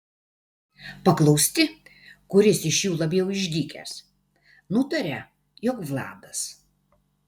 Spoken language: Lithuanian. paklausti kuris iš jų labiau išdykęs nutaria jog vladas